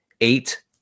eight